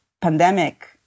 pandemic